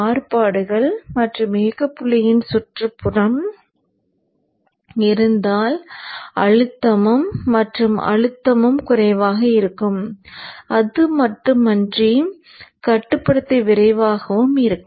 மாறுபாடுகள் மற்றும் இயக்கப் புள்ளியின் சுற்றுப்புறம் இருந்தால் அழுத்தமும் மற்றும் அழுத்தமும் குறைவாக இருக்கும் அது மட்டுமின்றி கட்டுப்படுத்தி விரைவாகவும் இருக்கும்